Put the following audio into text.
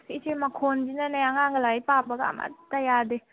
ꯑꯁ ꯏꯆꯦ ꯃꯈꯣꯟꯁꯤꯅꯅꯦ ꯑꯉꯥꯡꯒ ꯂꯥꯏꯔꯤꯛ ꯄꯥꯕꯒ ꯑꯃꯠꯇ ꯌꯥꯗꯦ